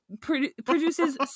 produces